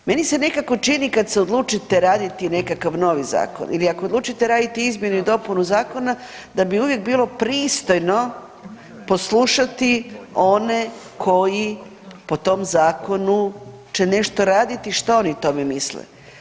Meni se nekako čini kad se odlučite raditi nekakav novi zakon ili ako odlučite raditi izmjenu i dopunu zakona da bi uvijek bilo pristojno poslušati one koji po tom zakonu će nešto raditi šta oni o tome misle.